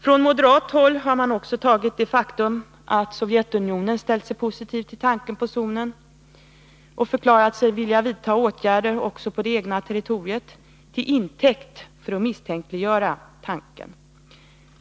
Från moderat håll har man också tagit det faktum att Sovjetunionen ställt sig positiv till tanken på zonen och förklarat sig vilja vidta åtgärder också på det egna territoriet till intäkt för att söka misstänkliggöra zontanken.